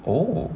oh